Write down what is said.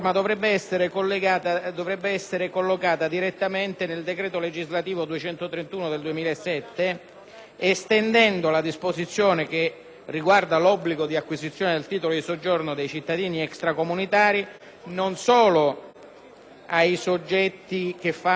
estendendo la disposizione che riguarda l'obbligo di acquisizione del titolo di soggiorno dei cittadini extracomunitari non solo ai soggetti che svolgono l'attività di *money transfer*, ma a tutti i soggetti obbligati agli adempimenti antiriciclaggio,